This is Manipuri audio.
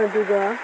ꯑꯗꯨꯒ